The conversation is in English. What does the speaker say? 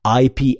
IP